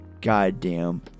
goddamn